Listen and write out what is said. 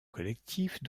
collectifs